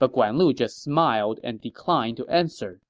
but guan lu just smiled and declined to answer